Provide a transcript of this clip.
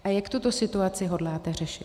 A jak tuto situaci hodláte řešit?